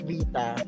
Vita